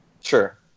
Sure